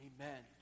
Amen